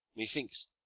methinks,